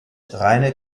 reine